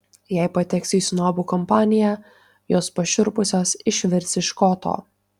jei pateksiu į snobių kompaniją jos pašiurpusios išvirs iš koto